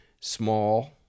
small